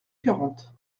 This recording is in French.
quarante